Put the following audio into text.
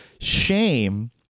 Shame